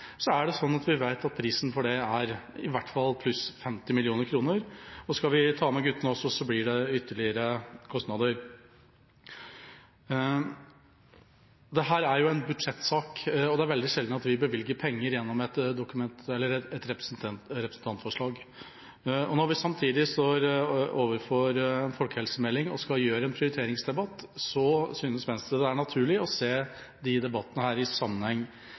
i hvert fall er 50 mill. kr. Og skal vi ta med guttene også, blir det ytterligere kostnader. Dette er en budsjettsak, og det er veldig sjelden vi bevilger penger gjennom et representantforslag. Når vi samtidig får en folkehelsemelding og skal føre en prioriteringsdebatt, synes Venstre det er naturlig å se disse debattene i sammenheng